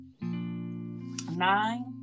nine